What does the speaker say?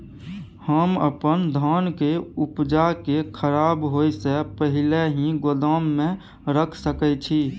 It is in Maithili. हम अपन धान के उपजा के खराब होय से पहिले ही गोदाम में रख सके छी?